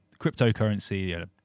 cryptocurrency